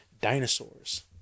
Dinosaurs